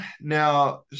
Now